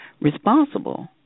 responsible